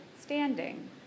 standing